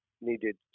needed